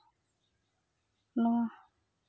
ᱱᱚᱣᱟ